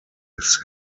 his